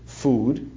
food